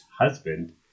husband